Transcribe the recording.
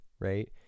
right